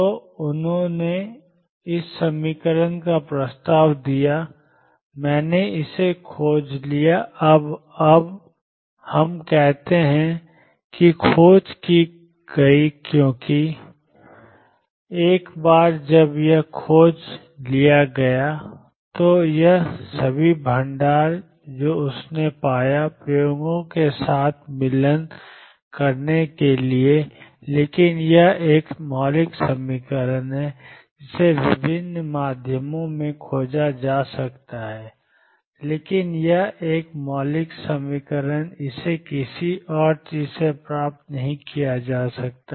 तो उन्होंने इस समीकरण का प्रस्ताव दिया मैंने इसे खोज लिया अब हम कहते हैं कि खोज की गई क्योंकि एक बार जब यह खोज लिया गया तो यह सभी भंडार जो उसने पाया प्रयोगों के साथ मिलान करने के लिए लेकिन यह एक मौलिक समीकरण है जिसे विभिन्न माध्यमों से खोजा जा सकता है लेकिन यह एक है मौलिक समीकरण इसे किसी और चीज से प्राप्त नहीं किया जा सकता है